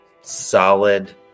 solid